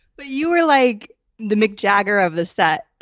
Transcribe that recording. but you were like the mick jagger of the set.